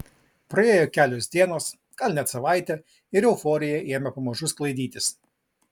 praėjo kelios dienos gal net savaitė ir euforija ėmė pamažu sklaidytis